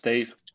Steve